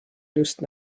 دوست